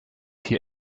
hier